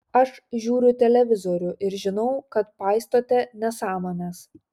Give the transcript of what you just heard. aš žiūriu televizorių ir žinau kad paistote nesąmones